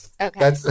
Okay